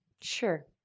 Sure